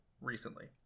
recently